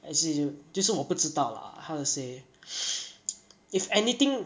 as in y~ 就是我不知道 lah how to say if anything